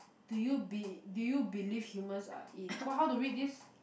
do you be do you believe humans are in~ how to read this